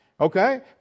Okay